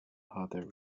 other